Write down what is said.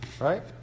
right